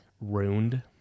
Ruined